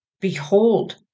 Behold